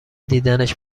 دیدنش